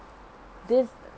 this